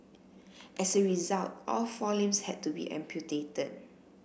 as a result all four limbs had to be amputated